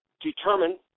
determine